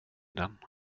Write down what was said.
den